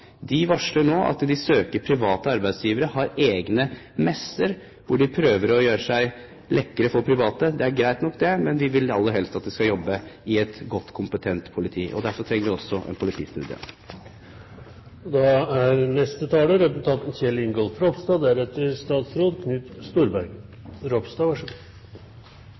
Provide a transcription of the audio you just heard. De varsler nå at de søker private arbeidsgivere, har egne messer hvor de prøver å gjøre seg lekre for private. Det er greit nok, det, men vi vil aller helst at de skal jobbe i et godt, kompetent politi, og derfor trenger vi også en politistudie. Kristeleg Folkeparti støttar kravet om ein breitt utforma politistudie. Me meiner at erfaringane viser at me treng breiare utforma studiar og